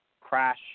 crash